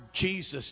Jesus